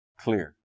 Clear